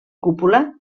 cúpula